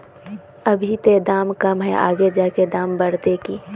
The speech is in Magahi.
अभी ते दाम कम है आगे जाके दाम बढ़ते की?